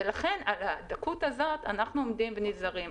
לבנקים יש עמדה כאן?